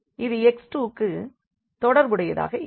இது x2க்கு தொடர்புடையதாக இருக்கும்